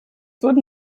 wurden